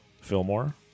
Fillmore